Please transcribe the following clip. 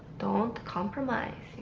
don't compromise,